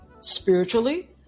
Spiritually